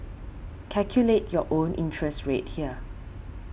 calculate your own interest rate here